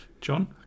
John